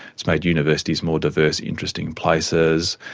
it's made universities more diverse, interesting places.